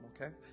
okay